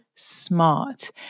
smart